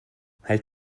halt